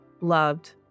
loved